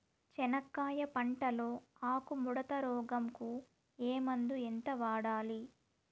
చెనక్కాయ పంట లో ఆకు ముడత రోగం కు ఏ మందు ఎంత వాడాలి?